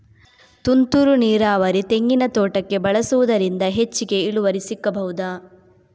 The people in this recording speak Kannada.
ತುಂತುರು ನೀರಾವರಿ ತೆಂಗಿನ ತೋಟಕ್ಕೆ ಬಳಸುವುದರಿಂದ ಹೆಚ್ಚಿಗೆ ಇಳುವರಿ ಸಿಕ್ಕಬಹುದ?